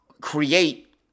create